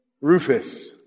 Rufus